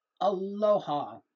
Aloha